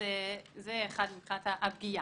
זה דבר אחד מבחינת הפגיעה.